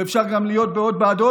אפשר גם להיות בעוד ועדות,